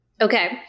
Okay